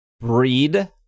breed